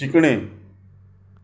शिकणे